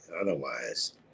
otherwise